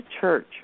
church